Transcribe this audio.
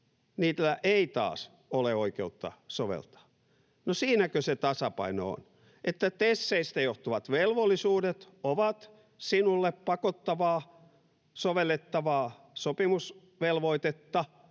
oikeutta taas ole oikeutta soveltaa. No, siinäkö se tasapaino on, että TESeistä johtuvat velvollisuudet ovat sinulle pakottavaa, sovellettavaa sopimusvelvoitetta